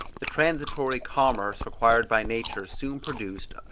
the transitory commerce required by nature soon produced,